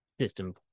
system